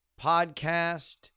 podcast